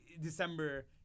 December